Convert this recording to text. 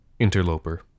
interloper